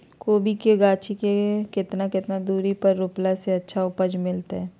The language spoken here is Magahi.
कोबी के गाछी के कितना कितना दूरी पर रोपला से अच्छा उपज मिलतैय?